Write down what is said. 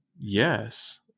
Yes